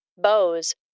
bows